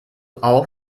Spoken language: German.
auch